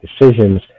decisions